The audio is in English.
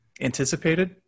anticipated